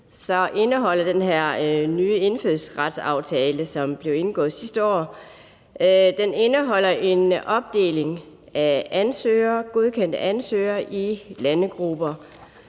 indeholder den her nye indfødsretsaftale, som blev indgået sidste år, en opdeling af ansøgere, godkendte ansøgere, i landegrupper,